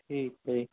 ਠੀਕ ਹੈ ਜੀ